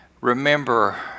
remember